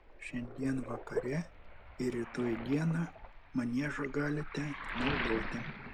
šiandien vakare ir rytoj dieną maniežą galite naudoti